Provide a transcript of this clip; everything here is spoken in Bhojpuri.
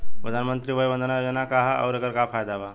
प्रधानमंत्री वय वन्दना योजना का ह आउर एकर का फायदा बा?